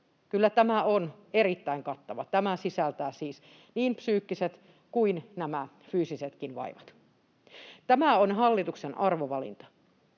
Kyllä tämä on erittäin kattava. Tämä sisältää siis niin psyykkiset kuin nämä fyysisetkin vaivat. Tämä on hallituksen arvovalinta.